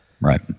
Right